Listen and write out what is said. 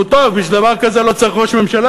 נו, טוב, בשביל דבר כזה לא צריך ראש ממשלה.